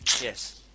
Yes